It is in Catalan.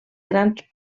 grans